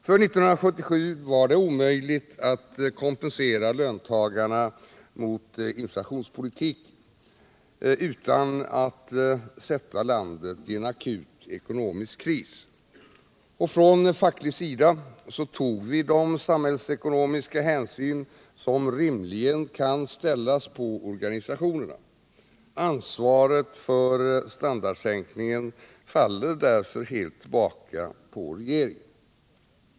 Det var omöjligt att 1977 kompensera löntagarna för effekterna av inflationspolitiken utan att försätta landet i en akut ekonomisk kris. Från facklig sida tog vi de samhällsekonomiska hänsyn som rimligen kan krävas av organisationerna, varför ansvaret för standardsänkningen helt faller tillbaka på regeringen.